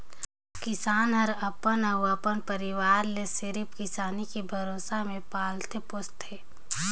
किसान हर अपन अउ अपन परवार ले सिरिफ किसानी के भरोसा मे पालथे पोसथे